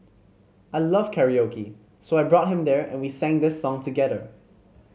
I love karaoke so I brought him there and we sang this song together